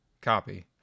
Copy